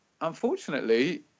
unfortunately